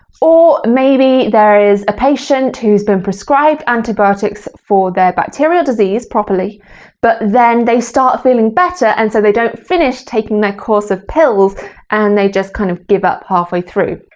or maybe there is a patient who's been prescribed antibiotics for their bacterial disease properly but then they start feeling better and so they don't finish taking their course of pills and they just kind of give up halfway through.